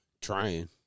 trying